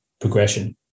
progression